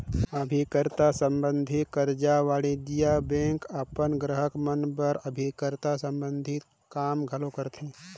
अभिकर्ता संबंधी कारज वाणिज्य बेंक अपन गराहक मन बर अभिकर्ता संबंधी काम घलो करथे